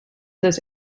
this